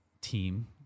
team